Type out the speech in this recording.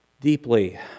deeply